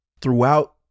throughout